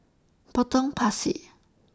Potong Pasir